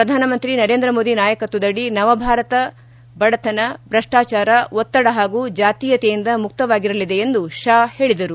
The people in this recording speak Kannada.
ಪ್ರಧಾನಮಂತ್ರಿ ನರೇಂದ್ರ ಮೋದಿ ನಾಯಕತ್ವದಡಿ ನವಭಾರತ ಬಡತನ ಭ್ರಷ್ಟಾಚಾರ ಒತ್ತಡ ಹಾಗೂ ಜಾತೀಯತೆಯಿಂದ ಮುಕ್ತವಾಗಿರಲಿದೆ ಎಂದು ಷಾ ಹೇಳಿದರು